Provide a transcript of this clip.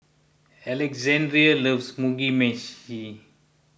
Alexandre loves Mugi Meshi